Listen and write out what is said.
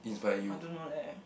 I don't know leh